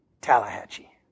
Tallahatchie